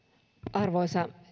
arvoisa